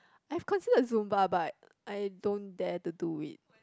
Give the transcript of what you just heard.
I have considered Zumba but I don't dare to do it